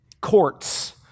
courts